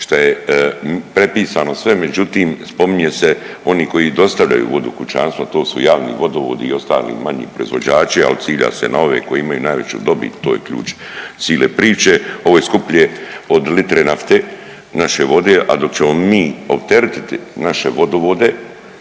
šta je prepisano sve, međutim, spominje se, oni koji dostavljaju vodu kućanstvo, a to su javni vodovodi i ostali manji proizvođači, al' cilja se na ove koji imaju najveću dobit, to je ključ cile priče, ovo je skuplje od litre nafte, naše vode, a dok ćemo mi opteretiti naše vodovode